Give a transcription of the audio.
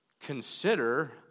Consider